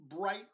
bright